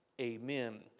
amen